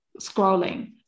scrolling